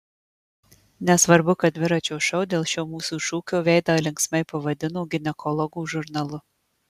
nesvarbu kad dviračio šou dėl šio mūsų šūkio veidą linksmai pavadino ginekologų žurnalu